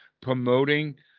promoting